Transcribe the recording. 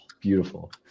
beautiful